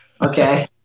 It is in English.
okay